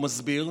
הוא מסביר,